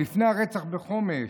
לפני הרצח בחומש: